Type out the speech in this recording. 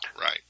Right